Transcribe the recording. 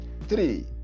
three